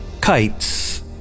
kites